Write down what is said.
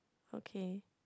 okay